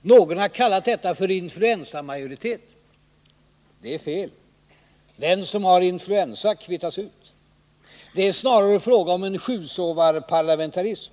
Någon har kallat detta influensamajoritet. Det är fel; de som har influensa kvittas ut. Det är snarare fråga om en sjusovarparlamentarism.